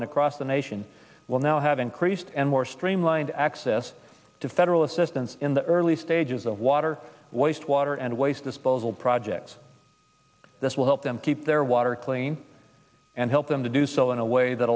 and across the nation will now have increased and more streamlined access to federal assistance in the early stages of water waste water and waste disposal projects this will help them keep their water clean and help them to do so in a way that